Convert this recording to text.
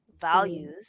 values